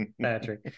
Patrick